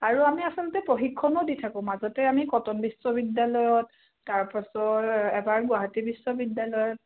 আৰু আমি আচলতে প্ৰশিক্ষণো দি থাকোঁ মাজতে আমি কটন বিশ্ববিদ্যালয়ত তাৰপাছৰ এবাৰ গুৱাহাটী বিশ্ববিদ্যালয়ত